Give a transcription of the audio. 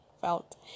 felt